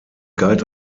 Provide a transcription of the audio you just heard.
galt